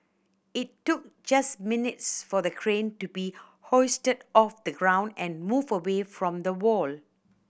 it took just minutes for the crane to be hoisted off the ground and moved away from the wall